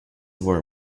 were